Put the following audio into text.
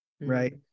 Right